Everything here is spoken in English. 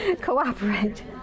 Cooperate